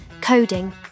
coding